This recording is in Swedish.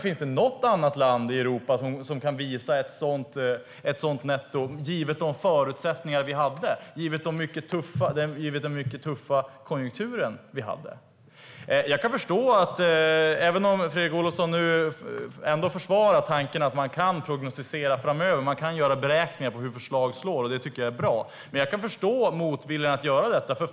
Finns det något annat land i Europa som kan visa ett sådant netto givet de förutsättningar och den mycket tuffa konjunktur vi hade? Fredrik Olovsson försvarar nu tanken att man kan prognostisera framöver och kan göra beräkningar på hur förslag slår, och det tycker jag är bra. Jag kan förstå motviljan att göra detta.